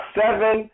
seven